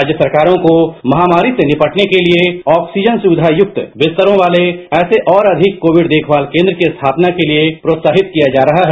राष्य सरकारों को महामारी से निपटने के लिए ऑक्सीजन सुविधा युक्त बिस्तरों वाले ऐसे और अधिक कोविड देखभाल केन्द्रों की स्थापना के लिए प्रोत्साहित किया जा रहा है